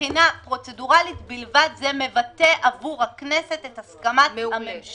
מבחינה פרוצדורלית בלבד זה מבטא עבור הכנסת את הסכמת הממשלה.